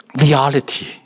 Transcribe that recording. reality